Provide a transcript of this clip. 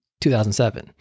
2007